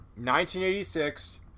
1986